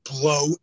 blow